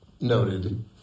noted